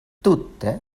tute